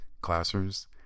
classrooms